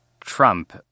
Trump